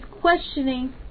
questioning